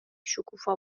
شکوفا